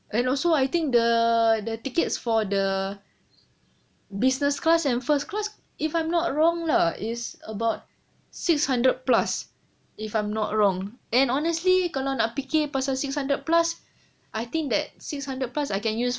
and also I think the the tickets for the business class and first class if I'm not wrong lah is about six hundred plus if I'm not wrong and honestly kalau nak fikir pasal six hundred plus I think that six hundred plus I can use